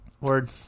Word